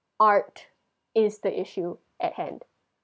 art is the issue at hand